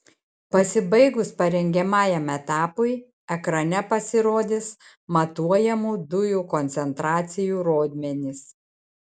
pasibaigus parengiamajam etapui ekrane pasirodys matuojamų dujų koncentracijų rodmenys